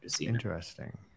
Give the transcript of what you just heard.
Interesting